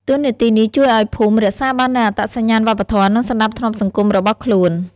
តួនាទីនេះជួយឲ្យភូមិរក្សាបាននូវអត្តសញ្ញាណវប្បធម៌ និងសណ្តាប់ធ្នាប់សង្គមរបស់ខ្លួន។